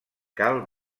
cal